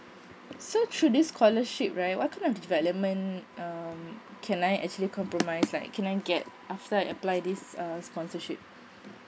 so through this scholarship right what kind of development um can I actually compromise like can I get after I apply this um sponsorship